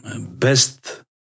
best